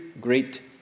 Great